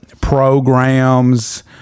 Programs